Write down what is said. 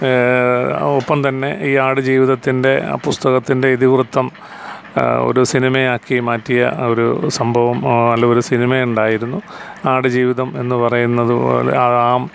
ഒപ്പം തന്നെ ഈ ആടുജീവിതത്തിൻ്റെ പുസ്തകത്തിൻ്റെ ഇതിവൃത്തം ഒരു സിനിമയാക്കി മാറ്റിയ ഒരു സംഭവം അല്ല ഒരു സിനിമയുണ്ടായിരുന്നു ആടുജീവിതം എന്നു പറയുന്നതു പോലെയാകാം